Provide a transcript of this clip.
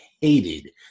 hated